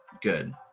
Good